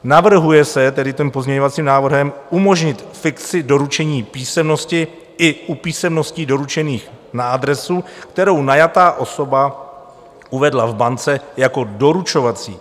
Navrhuje se tedy tím pozměňovacím návrhem umožnit fikci doručení písemnosti i u písemností doručených na tuto adresu, kterou najatá osoba uvedla v bance jako doručovací.